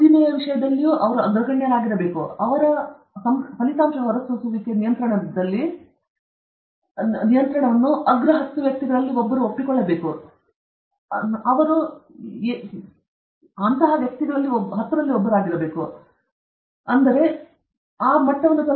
ಉದ್ದಿಮೆಯ ವಿಷಯದಲ್ಲಿಯೂ ಅವರು ಅಗ್ರಗಣ್ಯರಾಗಿದ್ದಾರೆ ಅವರು ಹೊರಸೂಸುವಿಕೆ ನಿಯಂತ್ರಣದಲ್ಲಿ ಅಗ್ರ ಹತ್ತು ವ್ಯಕ್ತಿಗಳಲ್ಲಿ ಒಬ್ಬರಾಗಿದ್ದಾರೆ ಅವರು ಸ್ಟೀರಿಂಗ್ನಲ್ಲಿ ಹತ್ತು ವ್ಯಕ್ತಿಗಳಲ್ಲಿ ಒಬ್ಬರಾಗಿದ್ದಾರೆ ಅವರು ಎಬಿಎಸ್ನಲ್ಲಿನ ಹತ್ತು ವ್ಯಕ್ತಿಗಳಲ್ಲಿ ಒಬ್ಬರಾಗಿದ್ದಾರೆ ಅವರು ನೆಟ್ವರ್ಕ್ಗಳಲ್ಲಿ ಅಗ್ರ ಹತ್ತು ವ್ಯಕ್ತಿಗಳು ನಾನು ಕೆಲವು ಅರ್ಥ